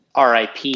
RIP